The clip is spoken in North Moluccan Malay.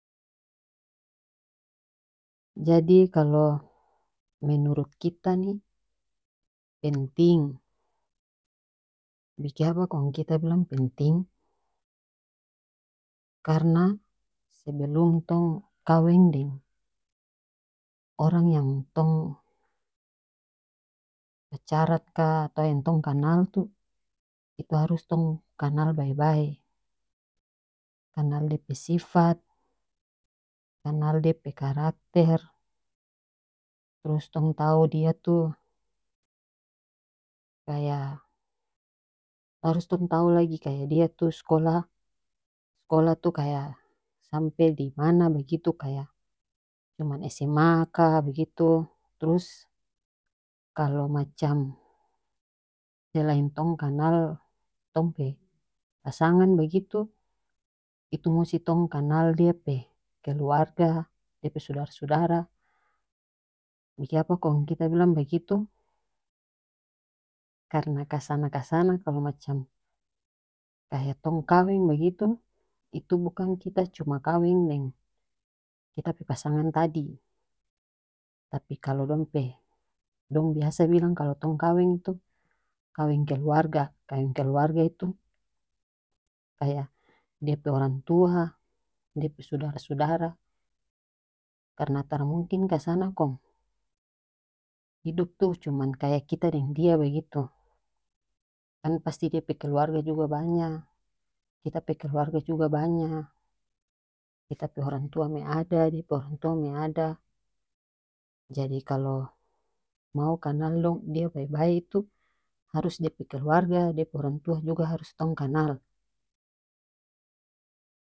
Jadi kalo menurut kita ni penting bikiapa kong kita bilang penting karena sebelum tong kaweng deng orang yang tong ka atau yang tong kanal tu itu harus tong kanal bae bae kanal dia pe sifat kanal dia pe karakter trus tong tau dia tu kaya harus tong tau lagi kaya dia tu skolah skolah tu kaya sampe dimana bagitu kaya cuman SMA ka bagitu trus kalo macam selain tong kanal tong pe pasangan bagitu itu musi tong kanal dia pe keluarga dia pe sudara sudara bikiapa kong kita bilang bagitu karena kasana kasana kalo macam kaya tong kaweng bagitu itu bukang kita cuma kaweng deng kita pe pasangan tadi tapi kalo dong pe dong biasa bilang kalo tong kaweng tu kaweng keluarga kaweng keluarga itu kaya dia pe orang tua dia pe sudara sudara karena tara mungkin kasana kong hidup tu cuman kaya kita deng dia bagitu kan pasti dia pe keluarga juga banya kita pe keluarga juga banya kita pe orang tua me ada dia pe orang tua me ada jadi kalo mau kanal dong dia pe bae itu harus dia pe keluarga dia pe orang tua juga harus tong kanal.